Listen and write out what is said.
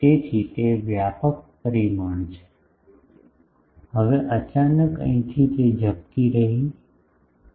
તેથી તે વ્યાપક પરિમાણ છે હવે અચાનક અહીંથી તે ઝબકી થઈ રહી છે